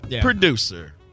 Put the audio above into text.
producer